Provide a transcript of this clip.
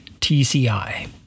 TCI